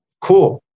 cool